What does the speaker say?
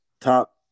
top